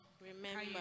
remember